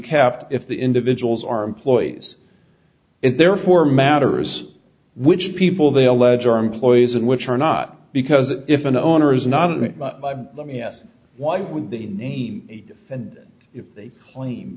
kept if the individuals are employees it therefore matters which people they allege are employees and which are not because if an owner is not an ass why would they name and if they claim